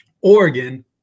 Oregon